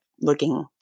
looking